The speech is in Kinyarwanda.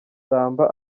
samba